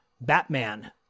Batman